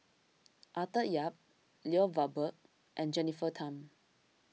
Arthur Yap Lloyd Valberg and Jennifer Tham